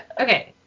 okay